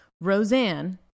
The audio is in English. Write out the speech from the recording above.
Roseanne